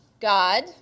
God